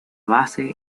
base